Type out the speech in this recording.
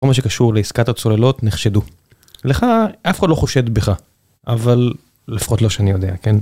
כל מה שקשור לעסקת הצוללות נחשדו. לך, אף אחד לא חושד בך, אבל, לפחות לא שאני יודע, כן?